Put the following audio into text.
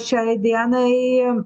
šiai dienai